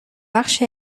بخش